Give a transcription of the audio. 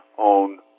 own